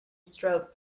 strode